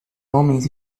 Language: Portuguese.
homens